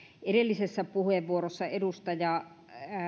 edellisessä puheenvuorossa edustaja